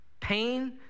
pain